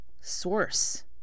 source